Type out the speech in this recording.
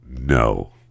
no